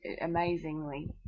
amazingly